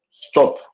stop